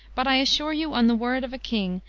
but i assure you, on the word of a king,